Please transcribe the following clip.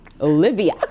Olivia